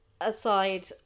aside